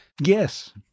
Yes